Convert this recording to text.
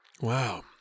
Wow